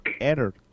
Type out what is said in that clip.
error